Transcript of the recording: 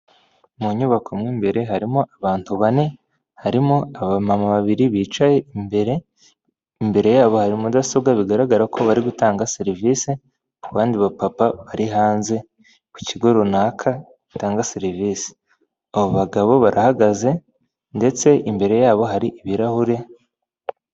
Mu nyubako mu imbere harimo abantu bane, harimo abamama babiri bicaye imbere, imbere yabo hari mudasobwa bigaragara ko bari gutanga serivise ku bandi bapapa bari hanze ku kigo runaka gitanga serivise. Abo bagabo barahagaze ndetse imbere yabo hari ibirahure.